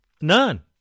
None